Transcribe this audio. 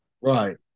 Right